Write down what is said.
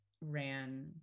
ran